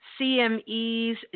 CMEs